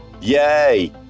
yay